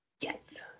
yes